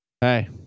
Hey